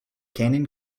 cannon